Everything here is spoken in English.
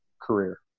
career